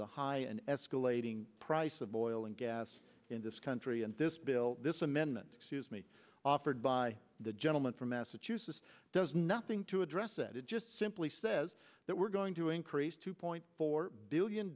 the high and escalating price of oil and gas in this country and this bill this amendment excuse me offered by the gentleman from massachusetts does nothing to address it it just simply says that we're going to increase two point four billion